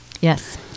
Yes